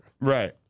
Right